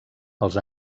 els